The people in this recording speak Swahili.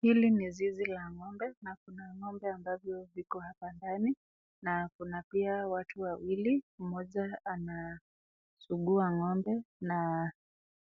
Hili ni zizi la ng'ombe na kuna ng'ombe ambavyo viko hapa ndani, na kuna pia watu wawili, moja anasugua ngombe na